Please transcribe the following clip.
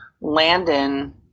Landon